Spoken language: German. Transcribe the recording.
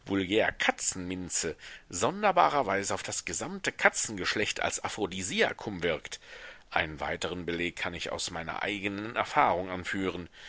katzenminze sonderbarerweise auf das gesamte katzengeschlecht als aphrodisiakum wirkt einen weiteren beleg kann ich aus meiner eigenen erfahrung anführen